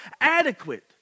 adequate